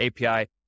API